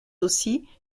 aussi